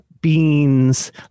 beans